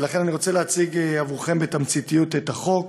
ולכן, אני רוצה להציג עבורכם בתמציתיות את החוק.